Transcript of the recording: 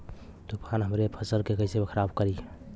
तूफान हमरे फसल के कइसे खराब करी?